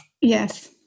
Yes